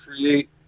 create